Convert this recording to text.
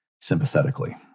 sympathetically